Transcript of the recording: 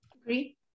agree